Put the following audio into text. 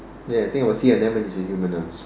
ya I think of a sea anemones with human arms